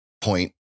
point